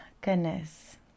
goodness